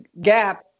gap